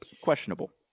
Questionable